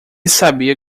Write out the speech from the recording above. sabia